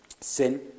sin